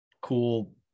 cool